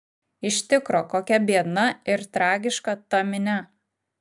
iš tikro kokia biedna ir tragiška ta minia